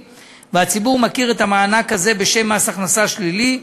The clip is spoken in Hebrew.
והציבור מכיר את המענק הזה בשם "מס הכנסה שלילי",